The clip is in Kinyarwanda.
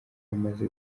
amaze